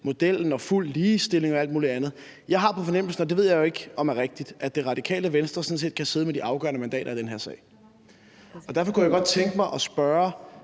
modellen og fuld ligestilling og alt muligt andet. Jeg har på fornemmelsen – og det ved jeg jo ikke om er rigtigt – at Radikale Venstre sådan set kan sidde med de afgørende mandater i den her sag. Derfor kunne jeg godt tænke mig at spørge